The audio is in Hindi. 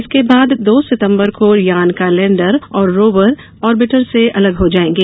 इसके बाद दो सितम्बर को यान का लेंडर और रोवर ऑरबिटर से अलग हो जाएगें